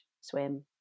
swim